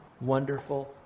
wonderful